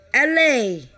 LA